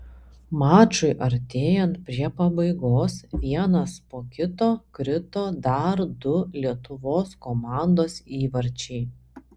mačui artėjant prie pabaigos vienas po kito krito dar du lietuvos komandos įvarčiai